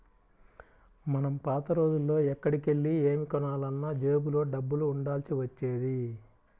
మనం పాత రోజుల్లో ఎక్కడికెళ్ళి ఏమి కొనాలన్నా జేబులో డబ్బులు ఉండాల్సి వచ్చేది